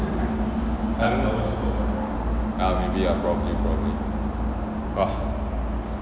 ya maybe ah probably probably